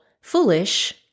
foolish